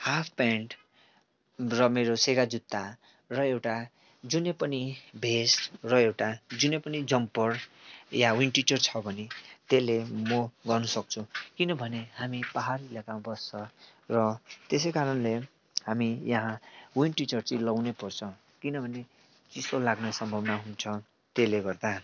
half pant र मेरो सेगा जुत्ता र एउटा जुनै पनि भेस्ट र एउटा जुनै पनि जम्पर या विन्ड सिटर छ भने त्यसले म गर्नु सक्छु किनभने हामी पाहाडी इलाकामा बस्छ र त्यसै कारणले हामी यहाँ विन्ड सिटर चाहिँ लाउनै पर्छ किनभने चिसो लाग्ने सम्भावना हुन्छ त्यसले गर्दा